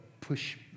push